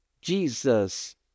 jesus